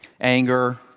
Anger